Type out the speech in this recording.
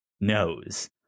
knows